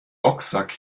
boxsack